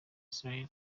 israel